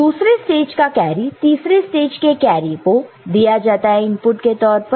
दूसरे स्टेज का कैरी तीसरे स्टेज के कैरी को दिया जाता है इनपुट के तौर पर